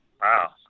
Wow